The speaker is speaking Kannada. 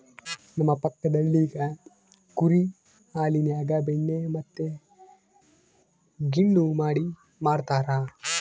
ನಮ್ಮ ಪಕ್ಕದಳ್ಳಿಗ ಕುರಿ ಹಾಲಿನ್ಯಾಗ ಬೆಣ್ಣೆ ಮತ್ತೆ ಗಿಣ್ಣು ಮಾಡಿ ಮಾರ್ತರಾ